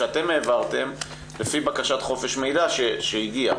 שאתם העברתם לפי בקשת חופש מידע שהגיעה.